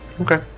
Okay